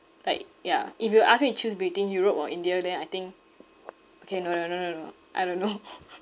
like ya if you ask me to choose between europe or india then I think okay no no no no no I don't know